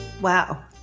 Wow